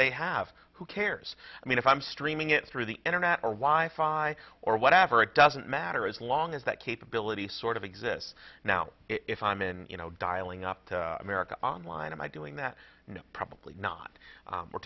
they have who cares i mean if i'm streaming it through the internet or why five or whatever it doesn't matter as long as that capability sort of exists now if i'm in you know dialing up america online and i doing that probably not we're